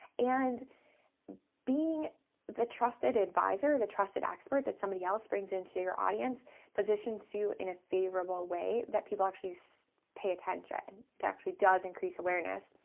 and being the trusted advisor, the trusted expert that somebody else brings into your audience positions in a favorable way that people actually so pay attention. that actually does increase awareness,